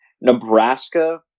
Nebraska